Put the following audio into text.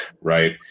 right